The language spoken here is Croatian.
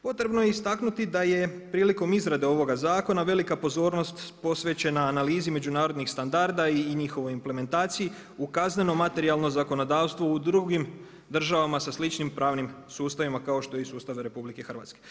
Potrebno je istaknuti da je prilikom izrade ovoga zakona velika pozornost posvećena analizi međunarodnih standarda i njihovoj implementaciji u kazneno-materijalno zakonodavstvo u drugim državama sa sličnim pravnim sustavima kao što je i sustav RH.